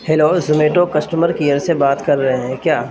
hello Zomato customer care سے بات کر رہے ہیں کیا